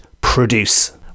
produce